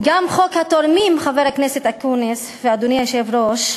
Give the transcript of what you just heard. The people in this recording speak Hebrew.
חוק התורמים, חבר הכנסת אקוניס ואדוני היושב-ראש,